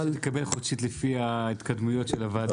אבל --- היה מקובל שתקבל חודשית לפי ההתקדמות של הוועדה.